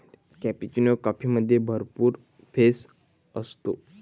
cappuccino कॉफीमध्ये भरपूर फेस असतो